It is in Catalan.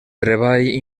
treball